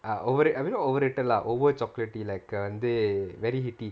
ah overrate I mean not overrated lah over chocolatey like வந்து:vanthu very heaty